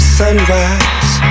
sunrise